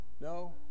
No